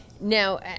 Now